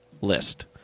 list